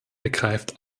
ergreift